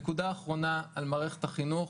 נקודה אחרונה על מערכת החינוך,